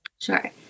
Sure